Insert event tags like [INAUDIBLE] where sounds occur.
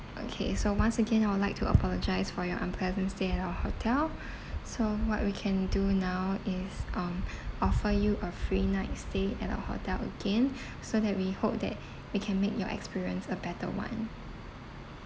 okay so once again I would like to apologise for your unpleasant stay at our hotel [BREATH] so what we can do now is um [BREATH] offer you a free night stay at our hotel again [BREATH] so that we hope that we can make your experience a better one